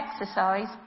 exercise